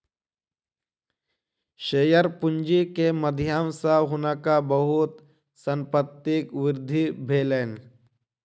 share पूंजी के माध्यम सॅ हुनका बहुत संपत्तिक वृद्धि भेलैन